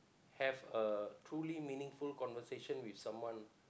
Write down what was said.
have a fully meaningful conversation with someone